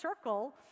circle